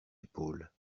épaule